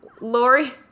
Lori